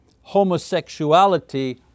homosexuality